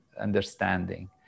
understanding